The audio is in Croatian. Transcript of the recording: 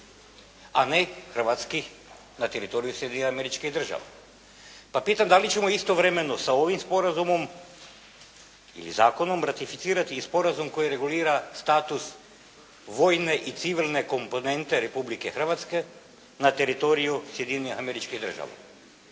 a ne hrvatskih na teritoriju Sjedinjenih Američkih Država. Pa pitam da li ćemo istovremeno sa ovim sporazumom ili zakonom ratificirati i sporazum koji regulira status vojne i civilne komponente Republike Hrvatske na teritoriju Sjedinjenih Američkih Država,